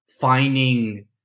finding